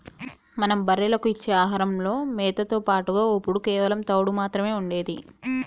మనం బర్రెలకు ఇచ్చే ఆహారంలో మేతతో పాటుగా ఒప్పుడు కేవలం తవుడు మాత్రమే ఉండేది